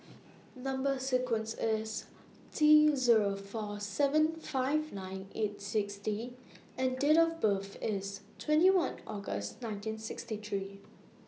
Number sequence IS T Zero four seven five nine eight six D and Date of birth IS twenty one August nineteen sixty three